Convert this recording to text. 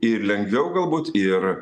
ir lengviau galbūt ir